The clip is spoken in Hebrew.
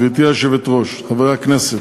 גברתי היושבת-ראש, חברי הכנסת,